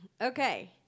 Okay